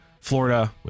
Florida